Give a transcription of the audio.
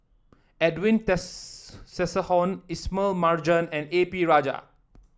Edwin Ismail Marjan and A P Rajah